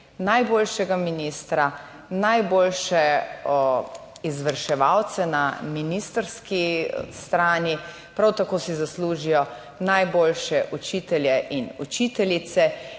najboljšega ministra, najboljše izvrševalce na ministrski strani. Prav tako si zaslužijo najboljše učitelje in učiteljice